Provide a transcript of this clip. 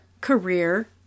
career